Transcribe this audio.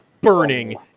burning